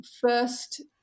first